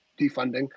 defunding